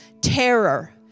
terror